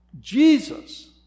Jesus